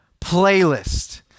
playlist